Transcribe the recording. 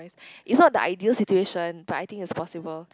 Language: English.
it's not the ideal situation but I think it's possible